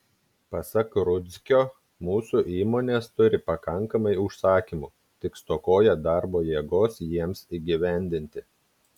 pasak rudzkio mūsų įmonės turi pakankamai užsakymų tik stokoja darbo jėgos jiems įgyvendinti